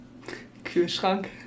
Kühlschrank